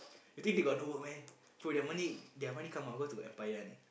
you think they got no work meh bro their money their money come out cause they got empire one